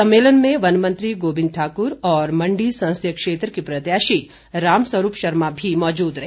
सम्मेलन में वन मंत्री गोविंद ठाकुर और मण्डी संसदीय क्षेत्र के प्रत्याशी राम स्वरूप शर्मा भी मौजूद रहे